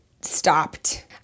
stopped